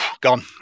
gone